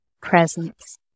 presence